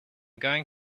going